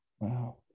Wow